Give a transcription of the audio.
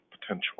potential